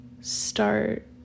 start